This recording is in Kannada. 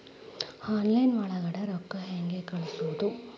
ಆನ್ಲೈನ್ ಒಳಗಡೆ ರೊಕ್ಕ ಹೆಂಗ್ ಕಳುಹಿಸುವುದು?